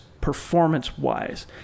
performance-wise